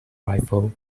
rifle